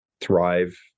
thrive